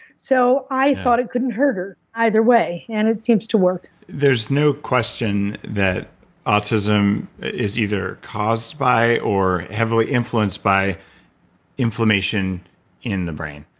so i thought it couldn't hurt her either way, and it seems to work there's no question that autism is either caused by, or heavily influenced by inflammation in the brain.